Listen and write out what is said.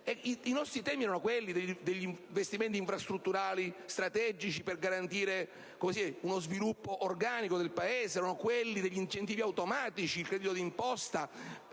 I nostri temi erano quelli degli investimenti infrastrutturali strategici per garantire uno sviluppo organico del Paese; erano quelli degli incentivi automatici, il credito d'imposta,